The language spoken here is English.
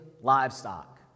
livestock